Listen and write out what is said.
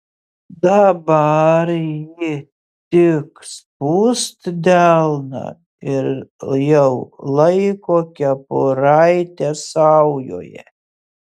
dabar ji tik spust delną ir jau laiko kepuraitę saujoje